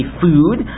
food